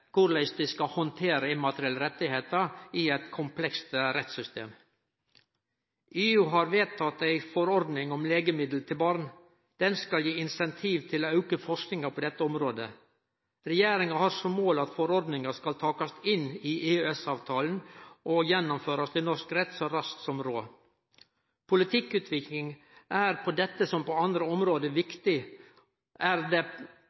korleis dei skal handtere immaterielle rettar i eit komplekst rettssystem. EU har vedtatt ei forordning om legemiddel til barn. Forordninga skal gje insentiv til å auke forskinga på dette området. Regjeringa har som mål at forordninga skal takast inn i EØS-avtalen og bli innført i norsk rett så raskt som råd. I politikkutvikling er det, som på andre viktige område,